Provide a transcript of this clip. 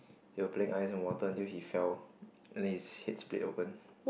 they were playing ice and water until he fell and then his head split open